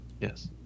Yes